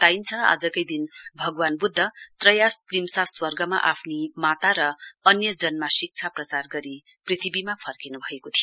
बताइन्छ आजकै दिन भगवान् बुद्ध त्रयासत्रिमसा स्वर्गमा आफ्नी माता र अन्यजनमा शिक्षा प्रचार गरी पृथ्वीमा फर्किन् भएको थियो